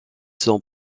son